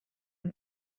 moved